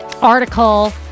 Article